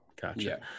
Gotcha